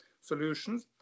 solutions